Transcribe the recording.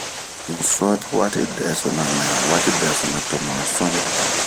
Han ŋɛwa ɲama zun guɛguɛdue,